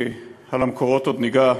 במקורות עוד ניגע,